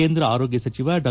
ಕೇಂದ್ರ ಆರೋಗ್ಯ ಸಚಿವ ಡಾ